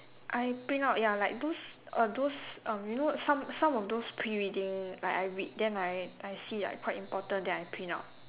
I print out ya like those uh those um you know some some of those pre-reading like I read then I I see like quite important then I print out